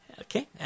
Okay